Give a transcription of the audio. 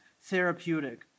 therapeutic